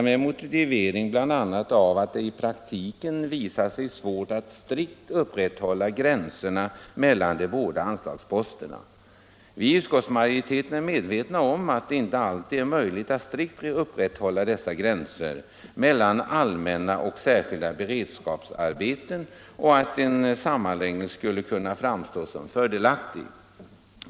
Detta motiveras bl.a. med att det i praktiken visat sig svårt att strikt upprätthålla gränserna mellan de båda anslagsposterna. Vi i utskottsmajoriteten är medvetna om att det inte alltid är möjligt att strikt upprätthålla dessa gränser mellan allmänna och särskilda beredskapsarbeten och att en sammanläggning skulle kunna framstå som fördelaktig.